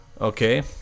Okay